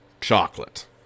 chocolate